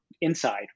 inside